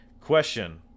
question